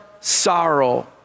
sorrow